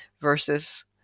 versus